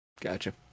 Gotcha